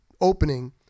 opening